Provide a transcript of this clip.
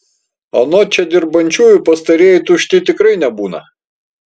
anot čia dirbančiųjų pastarieji tušti tikrai nebūna